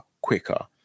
quicker